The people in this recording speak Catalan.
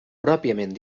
pròpiament